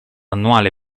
annuale